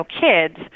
kids